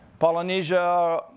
polynesia,